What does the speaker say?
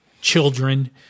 children